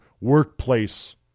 workplace